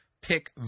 pick